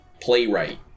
playwright